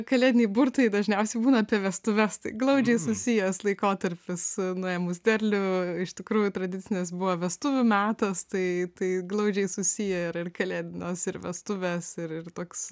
kalėdiniai burtai dažniausiai būna apie vestuves tai glaudžiai susijęs laikotarpis nuėmus derlių iš tikrųjų tradicinis buvo vestuvių metas tai tai glaudžiai susiję yra ir kalėdos ir vestuvės ir ir toks